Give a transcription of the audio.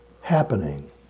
happening